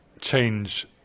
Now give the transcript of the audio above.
change